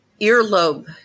earlobe